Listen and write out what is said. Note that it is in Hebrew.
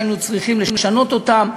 שהיינו צריכים לשנות אותם,